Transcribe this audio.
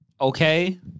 Okay